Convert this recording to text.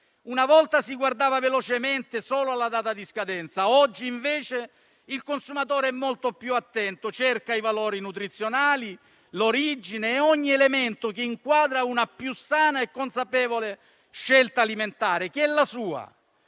Una volta si guardava velocemente solo la data di scadenza; oggi, invece, il consumatore è molto più attento: cerca i valori nutrizionali, l'origine e ogni elemento che inquadra una più sana e consapevole scelta alimentare, che è la sua.